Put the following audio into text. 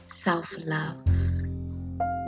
self-love